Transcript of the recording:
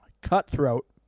Cutthroat